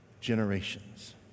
generations